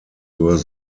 were